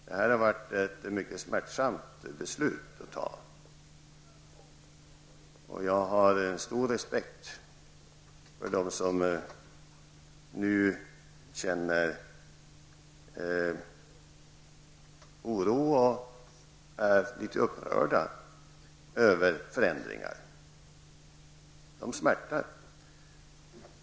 Detta har varit ett mycket smärtsamt beslut att fatta, och jag har stor respekt för dem som nu känner oro och är litet upprörda över förändringar. De smärtar.